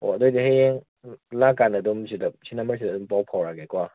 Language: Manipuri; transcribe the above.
ꯑꯣ ꯑꯗꯨꯑꯣꯏꯗꯤ ꯍꯌꯦꯡ ꯂꯥꯛꯀꯥꯟꯗ ꯑꯗꯨꯝ ꯁꯤꯗ ꯁꯤ ꯅꯝꯕꯔꯁꯤꯗ ꯑꯗꯨꯝ ꯄꯥꯎ ꯐꯥꯎꯔꯛꯑꯒꯦꯀꯣ